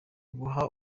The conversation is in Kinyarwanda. guha